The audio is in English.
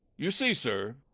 you see, sir,